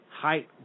height